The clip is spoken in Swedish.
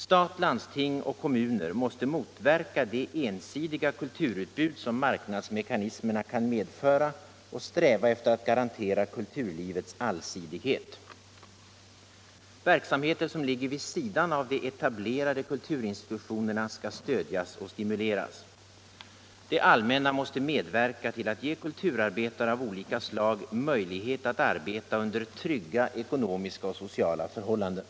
Stat, landsting och kommuner måste motverka det ensidiga kulturutbud som marknadsmekanismerna kan medföra och sträva efter att garantera kulturlivet allsidighet. Verksamheter som ligger vid sidan av de etablerade kulturinstitutionerna skall stödjas och stimuleras. Det allmänna måste medverka till att ge kulturarbetare av olika slag möjlighet att arbeta under trygga ekonomiska och sociala förhållanden.